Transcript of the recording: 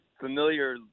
familiar